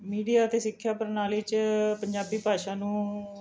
media ਅਤੇ ਸਿੱਖਿਆ ਪ੍ਰਣਾਲੀ 'ਚ ਪੰਜਾਬੀ ਭਾਸ਼ਾ ਨੂੰ